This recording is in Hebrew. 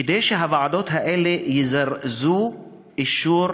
כדי שהוועדות האלה יזרזו אישור